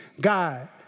God